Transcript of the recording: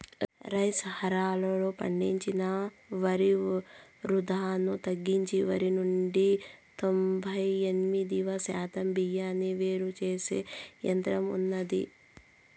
rice హల్లర్లు పండించిన వరి వృధాను తగ్గించి వరి నుండి తొంబై ఎనిమిది శాతం బియ్యాన్ని వేరు చేసే యంత్రం ఉన్నాది